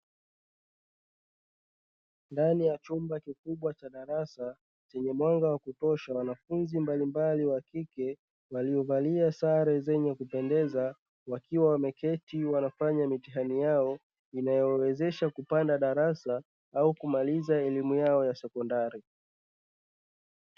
Ndani ya chumba kikubwa cha darasa chenye mwanga wa kutosha, wanafunzi mbalimbali wa kike waliovalia sare zenye kupendeza, wakiwa wameketi wanafanya mitihani yao inayowawezesha kupanda darasa au kumaliza elimu yao ya sekondari.